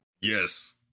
yes